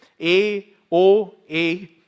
A-O-A